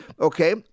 Okay